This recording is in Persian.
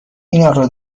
اینارو